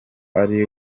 ari